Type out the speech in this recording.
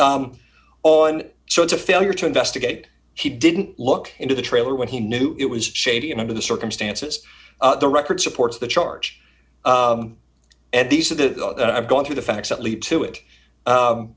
on so it's a failure to investigate he didn't look into the trailer when he knew it was shady and under the circumstances the record supports the charge and these are the that i've gone through the facts that lead to it